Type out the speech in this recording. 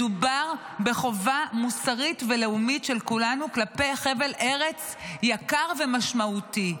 מדובר בחובה מוסרית ולאומית של כולנו כלפי חבל ארץ יקר ומשמעותי.